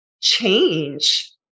change